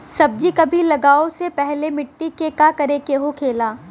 सब्जी कभी लगाओ से पहले मिट्टी के का करे के होखे ला?